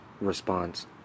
response